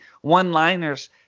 one-liners